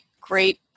great